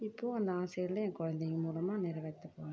இப்போது அந்த ஆசையெல்லாம் என் குழந்தைங்க மூலமாக நிறைவேற்ற போகிறேன்